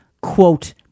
quote